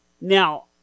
Now